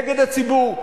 נגד הציבור,